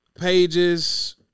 pages